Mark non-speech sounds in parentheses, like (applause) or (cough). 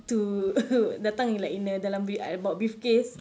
to (laughs) datang in like in a dalam ada bawa briefcase